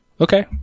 Okay